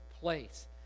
place